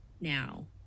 now